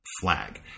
flag